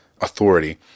authority